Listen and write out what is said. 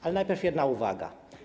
Ale najpierw jedna uwaga.